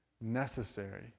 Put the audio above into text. necessary